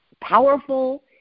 powerful